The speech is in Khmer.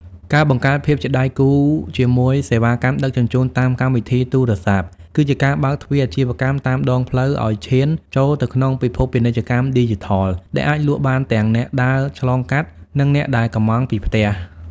ការបង្កើតភាពជាដៃគូជាមួយសេវាកម្មដឹកជញ្ជូនតាមកម្មវិធីទូរស័ព្ទ គឺជាការបើកទ្វារអាជីវកម្មតាមដងផ្លូវឱ្យឈានចូលទៅក្នុងពិភពពាណិជ្ជកម្មឌីជីថល ដែលអាចលក់បានទាំងអ្នកដើរឆ្លងកាត់ និងអ្នកដែលកម្មង់ពីផ្ទះ។